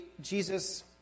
Jesus